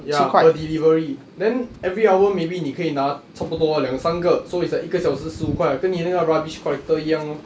ya per delivery then every hour maybe 你可以拿差不多两三个 so it's like 一个小时十五块跟你的那个 rubbish collector 一样 orh